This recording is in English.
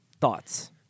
Thoughts